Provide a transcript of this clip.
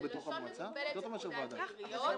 אם יתאפשר לי להשלים בלשון מקובלת בפקודת העיריות: